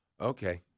Okay